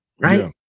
Right